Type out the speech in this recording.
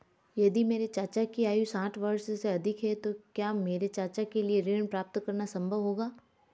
यदि मेरे चाचा की आयु साठ वर्ष से अधिक है तो क्या मेरे चाचा के लिए ऋण प्राप्त करना संभव होगा?